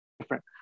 different